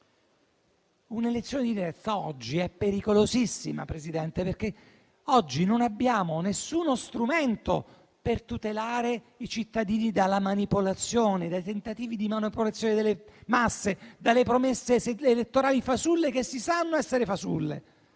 Un'elezione diretta oggi è pericolosissima, signora Presidente, perché non abbiamo alcuno strumento per tutelare i cittadini dalla manipolazione, dai tentativi di manipolazione delle masse, dalle promesse elettorali fasulle, che si sanno essere fasulle.